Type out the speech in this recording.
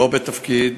לא בתפקיד,